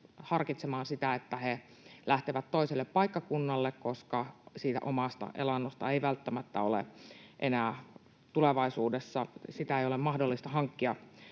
harkitsemaan sitä, että he lähtevät toiselle paikkakunnalle, koska sitä omaa elantoa ei välttämättä ole enää tulevaisuudessa mahdollista hankkia